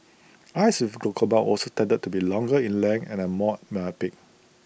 eyes with glaucoma also tended to be longer in length and are more myopic